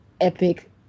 epic